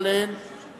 הכיתוב לא נכון,